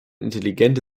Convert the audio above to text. intelligente